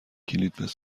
کلید